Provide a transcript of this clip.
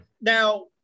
Now